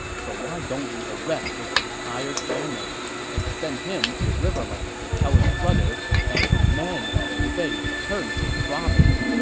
so why don't we arrest his entire family and send him to the riverlands to tell his brother and demand that liu bei return jing province.